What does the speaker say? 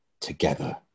together